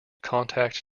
contact